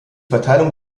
verteilung